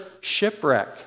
shipwreck